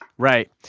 Right